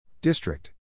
District